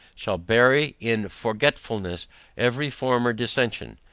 shall bury in forgetfulness every former dissention.